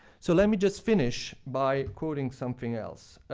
so let me just finish by quoting something else.